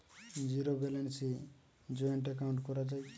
Zero ব্যালেন্সে joint account করা য়ায় কি?